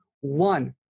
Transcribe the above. One